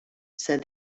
said